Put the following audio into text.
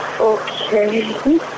Okay